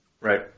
Right